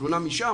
תלונה משם,